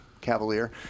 Cavalier